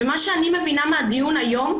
ומה שאני מבינה מהדיון היום,